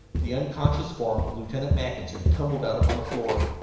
the unconscious form of lieutenant mackinson tumbled out upon the floor.